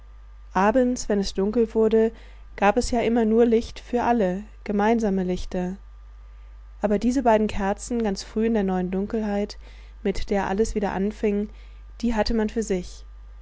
abends wenn es dunkel wurde gab es ja immer nur lichter für alle gemeinsame lichter aber diese beiden kerzen ganz früh in der neuen dunkelheit mit der alles wieder anfing die hatte man für sich